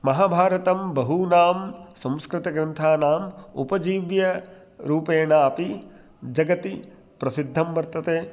महाभारतं बहूनां संस्कृतग्रन्थानाम् उपजीव्यरूपेणापि जगति प्रसिद्धं वर्तते